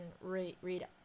read